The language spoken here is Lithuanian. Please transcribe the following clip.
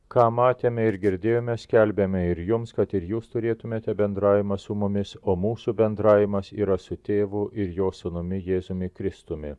ką matėme ir girdėjome skelbiame ir jums kad ir jūs turėtumėte bendravimą su mumis o mūsų bendravimas yra su tėvu ir jo sūnumi jėzumi kristumi